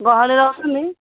ଗହଳି ରହୁନି